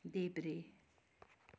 देब्रे